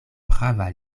prava